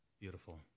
Beautiful